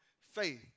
faith